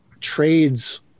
trades